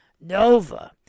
Nova